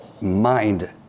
Mind